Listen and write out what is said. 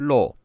Law